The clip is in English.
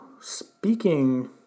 Speaking